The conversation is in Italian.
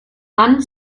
anne